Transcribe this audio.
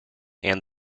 and